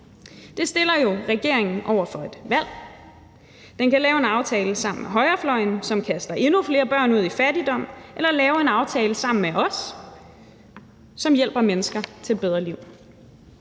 Det stiller jo regeringen over for et valg. Den kan lave en aftale sammen med højrefløjen, som kaster endnu flere børn ud i fattigdom, eller lave en aftale sammen med os, som hjælper mennesker til et bedre liv.